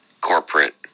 corporate